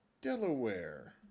Delaware